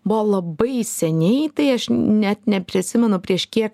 buvo labai seniai tai aš net neprisimenu prieš kiek